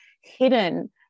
hidden